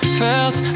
felt